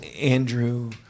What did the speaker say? Andrew